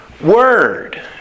word